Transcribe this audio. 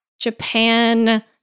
Japan